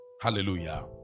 Hallelujah